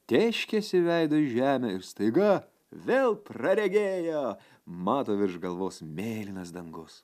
tėškėsi veidu į žemę ir staiga vėl praregėjo mato virš galvos mėlynas dangus